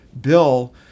bill